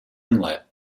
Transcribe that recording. inlet